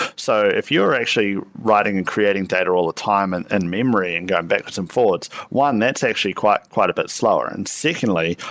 so if you're actually writing and creating data all the time and and memory and going backwards and forwards, one that's actually quite quite a bit slower. secondly,